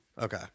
Okay